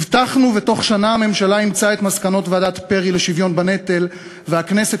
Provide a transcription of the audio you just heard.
הבטחנו ובתוך שנה הממשלה אימצה את מסקנות ועדת פרי לשוויון בנטל והכנסת